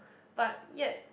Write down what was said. but yet